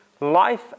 life